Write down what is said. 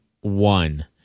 one